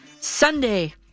Sunday